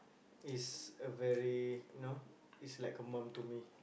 is a very you know is like a mum to me